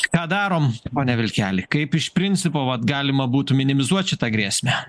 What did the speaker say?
ką darom pone vilkeli kaip iš principo vat galima būtų minimizuot šitą grėsmę